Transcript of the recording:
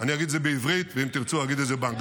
אני אגיד את זה בעברית ואם תרצו אגיד את זה באנגלית,